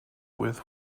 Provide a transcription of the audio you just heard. with